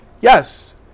Yes